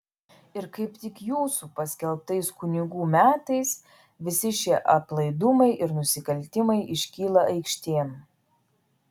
ir kaip tik jūsų paskelbtais kunigų metais visi šie aplaidumai ir nusikaltimai iškyla aikštėn